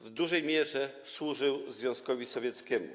W dużej mierze służył on Związkowi Sowieckiemu.